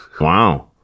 Wow